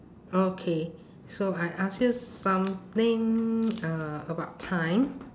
okay so I ask you something uh about time